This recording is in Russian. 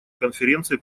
конференции